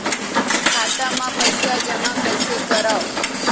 खाता म पईसा जमा कइसे करव?